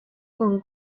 con